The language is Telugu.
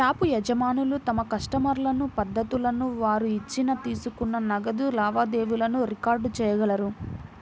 షాపు యజమానులు తమ కస్టమర్ల పద్దులను, వారు ఇచ్చిన, తీసుకున్న నగదు లావాదేవీలను రికార్డ్ చేయగలరు